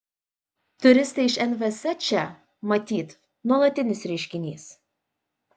turistai iš nvs čia matyt nuolatinis reiškinys